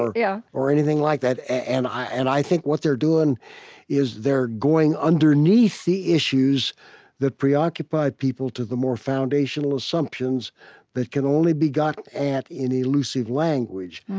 or yeah or anything like that. and i and i think what they're doing is, they're going underneath the issues that preoccupy people to the more foundational assumptions that can only be got at in elusive language.